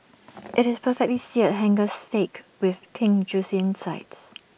IT is perfectly Seared Hanger Steak with pink Juicy insides